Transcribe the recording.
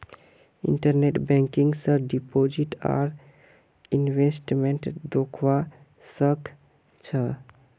internet banking स deposit आर investment दख्वा स ख छ